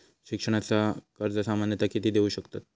शिक्षणाचा कर्ज सामन्यता किती देऊ शकतत?